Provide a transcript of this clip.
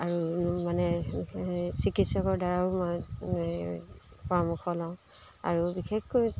আৰু মানে চিকিৎসকৰ দ্বাৰাও মই পৰামৰ্শ লওঁ আৰু বিশেষকৈ